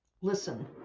listen